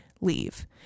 leave